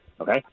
okay